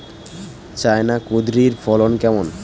China কুঁদরীর ফলন কেমন?